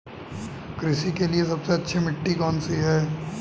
कृषि के लिए सबसे अच्छी मिट्टी कौन सी है?